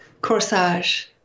Corsage